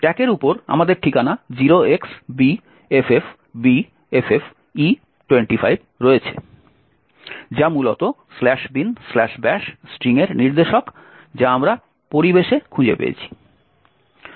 স্ট্যাকের উপর আমাদের ঠিকানা 0xbffbffe25 রয়েছে যা মূলত binbash স্ট্রিংয়ের নির্দেশক যা আমরা পরিবেশে খুঁজে পেয়েছি